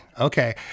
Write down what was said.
okay